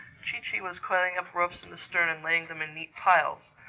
chee-chee was coiling up ropes in the stern and laying them in neat piles.